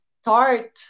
start